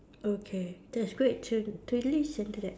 okay that's good to to live into that